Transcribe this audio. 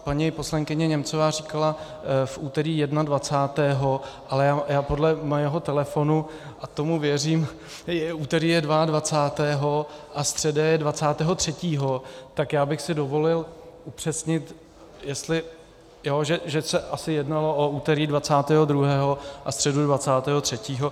Paní poslankyně Němcová říkala v úterý jedenadvacátého, ale podle mého telefonu a tomu věřím úterý je dvaadvacátého a středa je dvacátého třetího, tak já bych si dovolil upřesnit, že se asi jednalo o úterý dvacátého druhého a středu dvacátého třetího